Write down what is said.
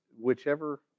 whichever